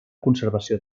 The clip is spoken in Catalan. conservació